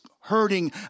hurting